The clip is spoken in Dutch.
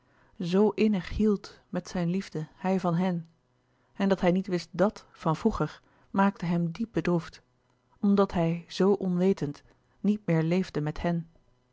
innig hield met zijne liefde hij van hen en dat hij niet wist dàt van vroeger maakte hem diep bedroefd omdat hij zo onwetend niet meer leefde met hen